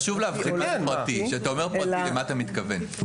חשוב להבין, כשאתה אומר פרטי, למה אתה מתכוון?